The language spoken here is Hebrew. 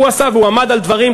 הוא עשה והוא עמד על דברים,